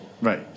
right